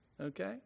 Okay